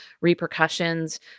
repercussions